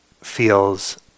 feels